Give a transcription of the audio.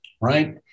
Right